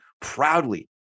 proudly